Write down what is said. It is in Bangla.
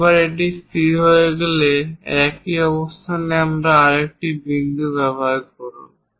একবার এটি স্থির হয়ে গেলে একই অবস্থানে আরেকটি বিন্দু ব্যবহার করুন